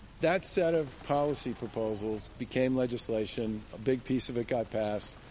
that set of policy proposals became legislation. a big piece of it got passed.